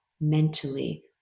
mentally